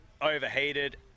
overheated